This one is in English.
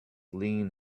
lean